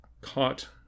caught